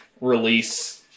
release